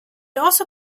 also